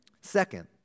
Second